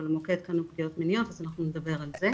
אבל המוקד שלנו הוא פגיעות מיניות אז אנחנו נדבר על זה.